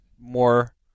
more